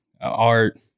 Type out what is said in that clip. art